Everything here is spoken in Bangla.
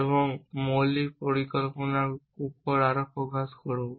এবং মৌলিক পরিকল্পনার উপর আরও ফোকাস করব